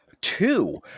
two